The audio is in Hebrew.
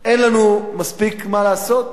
אין לנו מספיק מה לעשות?